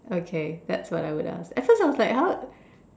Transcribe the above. okay that's what I would ask at first I was like how